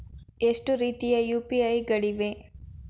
ಎಷ್ಟು ರೀತಿಯ ಯು.ಪಿ.ಐ ಗಳಿವೆ?